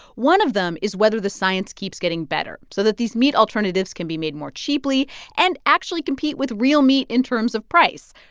one of them is whether the science keeps getting better so that these meat alternatives can be made more cheaply and actually compete with real meat in terms of price.